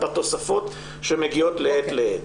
בתוספות שמגיעות מעת לעת.